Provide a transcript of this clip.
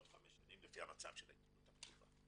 בעוד חמש שנים לפי מצב העיתונות הכתובה.